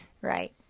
Right